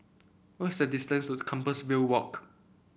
what is the distance to Compassvale Walk